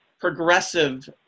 progressive